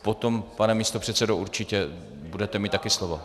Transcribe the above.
Potom, pane místopředsedo , určitě budete mít také slovo.